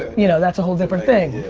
you know that's a whole different thing.